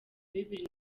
bibiri